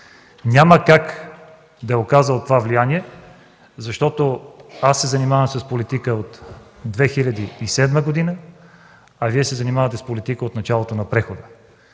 няма как да оказва такова влияние, защото се занимава с политика от 2007 г., а Вие се занимавате с политика от началото на прехода.